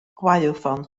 gwaywffon